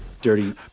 Dirty